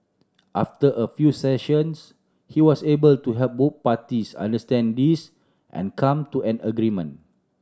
after a few sessions he was able to help both parties unlisted this and come to an agreement